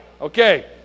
Okay